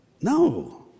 No